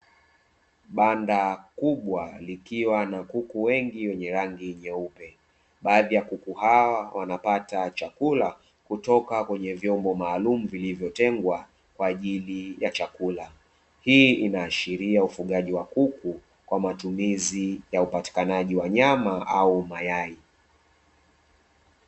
Banda kubwa, likiwa na kuku wengi wenye rangi nyeupe, baadhi ya kuku hawa wanapata chakula kutoka kwenye vyombo maalumu vilivyotengwa kwa ajili ya chakula. Hii inaashiria ufugaji wa kuku kwa matumizi ya upatikanaji wa nyama au mayai.